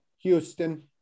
Houston